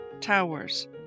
towers